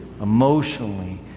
emotionally